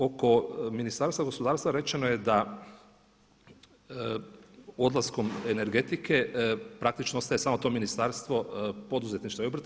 Oko Ministarstva gospodarstva rečeno je da odlaskom energetike praktično ostaje samo to Ministarstvo poduzetništva i obrta.